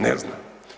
Ne znam.